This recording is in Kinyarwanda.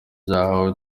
bahawe